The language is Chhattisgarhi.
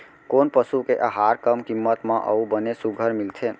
कोन पसु के आहार कम किम्मत म अऊ बने सुघ्घर मिलथे?